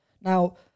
Now